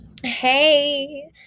Hey